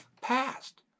passed